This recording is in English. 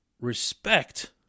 respect